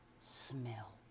Smell